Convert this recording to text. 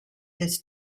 his